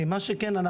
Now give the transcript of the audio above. מה שכן,